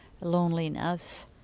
loneliness